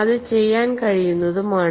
അത് ചെയ്യാൻ കഴിയുന്നതുമാണ്